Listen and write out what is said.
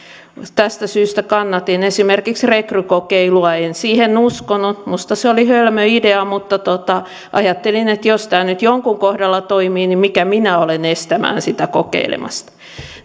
tästä syystä kannatin esimerkiksi rekrykokeilua en siihen uskonut minusta se oli hölmö idea mutta ajattelin että jos tämä nyt jonkun kohdalla toimii niin mikä minä olen estämään sitä kokeilemasta